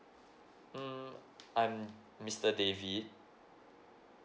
mm I'm mister david